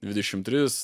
dvidešim tris